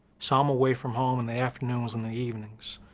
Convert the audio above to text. so i'm away from home in the afternoons and the evenings,